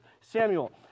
Samuel